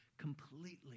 completely